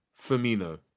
Firmino